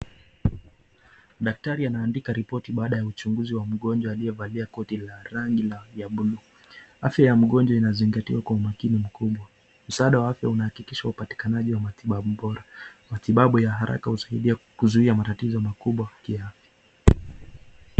Daktari anaandika ripoti baada ya uchunguzi ya mgonjwa aliovalia koti la rangi la blue .Afya ya mgonjwa inazingatiwa kwa makini mkubwa, msaada wake unahikikisha upatanaji wa matibabu bora, matibabu ya haraka husaidia kuzuia matatizo makubwa pia.